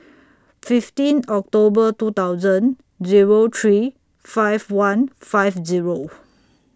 fifteen October two thousand Zero three five one five